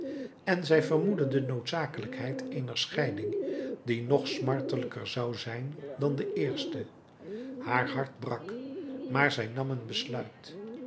en zij vermoedde de noodzakelijkheid eener scheiding die nog smartelijker zou zijn dan de eerste haar hart brak maar zij nam een besluit